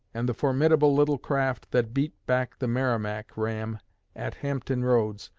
and the formidable little craft that beat back the merrimac ram at hampton roads,